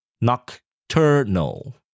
nocturnal